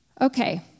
Okay